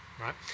right